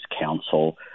Council